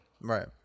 right